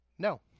No